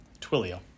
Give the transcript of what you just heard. Twilio